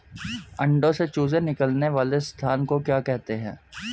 अंडों से चूजे निकलने वाले स्थान को क्या कहते हैं?